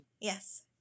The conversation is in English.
Yes